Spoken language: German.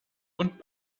und